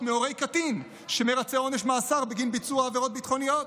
מהורי קטין שמרצה עונש מאסר בגין ביצוע עבירות ביטחוניות,